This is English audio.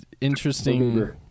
interesting